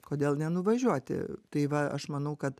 kodėl nenuvažiuoti tai va aš manau kad